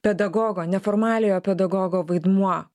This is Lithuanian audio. pedagogo neformaliojo pedagogo vaidmuo